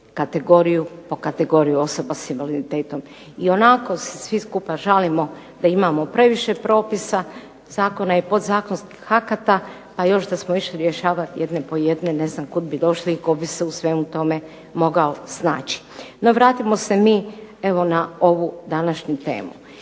kategoriju po kategoriju osoba s invaliditetom. Ionako svi skupa žalimo da imamo previše propisa, zakona i podzakonskih akata, a još da smo išli rješavat jedne po jedne ne znam kud bi došli i tko bi se u svemu tome mogao snaći. No vratimo se mi evo na ovu današnju temu.